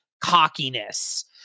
cockiness